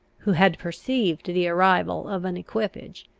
who had perceived the arrival of an equipage,